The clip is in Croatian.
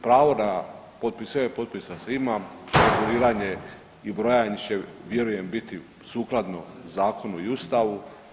Pravo na potpisivanje potpisa se ima, ažuriranje i brojanje će vjerujem biti sukladno zakonu i Ustavu.